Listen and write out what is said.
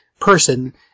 person